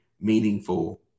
meaningful